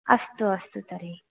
अस्तु अस्तु तर्हि